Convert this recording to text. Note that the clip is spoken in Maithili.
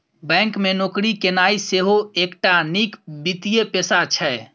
बैंक मे नौकरी केनाइ सेहो एकटा नीक वित्तीय पेशा छै